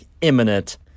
Imminent